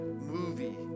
movie